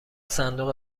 صندوق